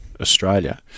Australia